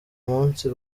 munsi